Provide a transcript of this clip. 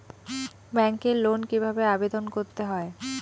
ব্যাংকে লোন কিভাবে আবেদন করতে হয়?